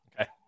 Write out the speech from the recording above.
okay